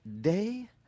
day